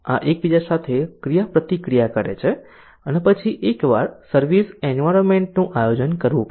આ એકબીજા સાથે ક્રિયાપ્રતિક્રિયા કરે છે અને પછી એકવાર સર્વિસ એન્વાયરમેન્ટ નું આયોજન કરવું પડે છે